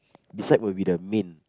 beside will be the main